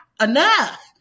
enough